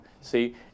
See